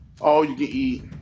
all-you-can-eat